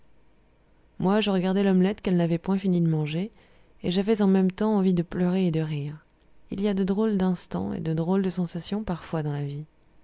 moi je regardais l'omelette qu'elles n'avaient point fini de manger et j'avais en même temps envie de pleurer et de rire il y a de drôles d'instants et de drôles de sensations parfois dans la vie